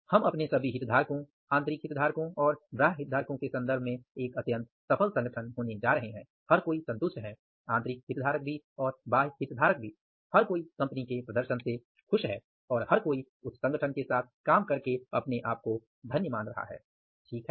हम अपने सभी हितधारकों आंतरिक और बाह्य के संदर्भ में एक अत्यंत सफल संगठन होने जा रहे हैं हर कोई संतुष्ट है हर कोई कंपनी के प्रदर्शन से खुश है और हर कोई उस संगठन के साथ काम करके धन्य अनुभव कर रहा है ठीक है